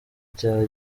cyaba